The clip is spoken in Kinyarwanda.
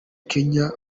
kenya